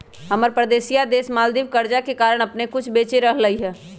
हमर परोसिया देश मालदीव कर्जा के कारण अप्पन कुछो बेचे पड़ रहल हइ